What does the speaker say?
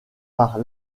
par